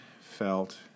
felt